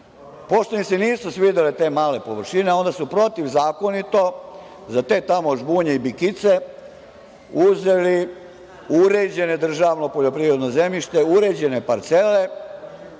im se nisu svidele te male površine, onda su protivzakonito za to tamo žbunje uzeli uređeno državno poljoprivredno zemljište, uređene parcele,